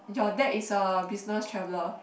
your dad is a business traveler